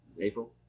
April